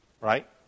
right